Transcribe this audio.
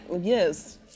yes